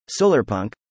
solarpunk